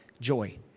joy